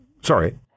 Sorry